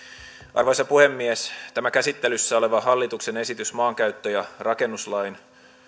arvoisa puhemies tämä käsittelyssä oleva hallituksen esitys maankäyttö ja rakennuslain